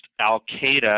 al-qaeda